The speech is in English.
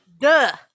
Duh